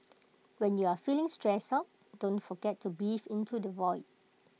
when you are feeling stressed out don't forget to breathe into the void